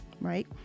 right